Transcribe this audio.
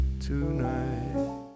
tonight